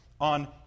on